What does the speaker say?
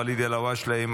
ואליד אלהואשלה,